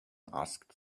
asked